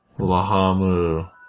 Lahamu